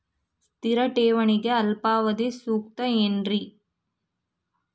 ಸ್ಥಿರ ಠೇವಣಿಗೆ ಅಲ್ಪಾವಧಿ ಸೂಕ್ತ ಏನ್ರಿ?